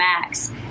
max